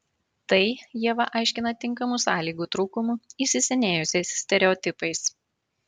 tai ieva aiškina tinkamų sąlygų trūkumu įsisenėjusiais stereotipais